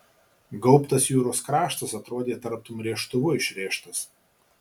gaubtas jūros kraštas atrodė tartum rėžtuvu išrėžtas